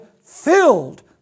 filled